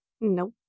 Nope